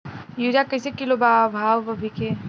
Urea कइसे kilo बा भाव अभी के?